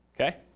okay